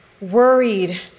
worried